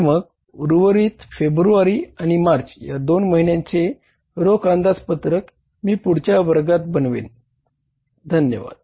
तर मग उर्वरित फेब्रुवारी आणि मार्च या दोन महिन्यांचे रोख अंदाजपत्रक मी पुढच्या वर्गात बनवेल धन्यवाद